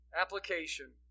Application